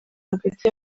hagati